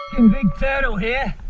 big turtle here.